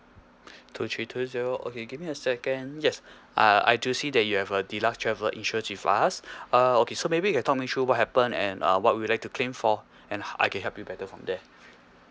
two three two zero okay give me a second yes uh I do see that you have a deluxe travel insurance with us uh okay so maybe can talk me through what happen and uh what would you like to claim for and how I can help you better from there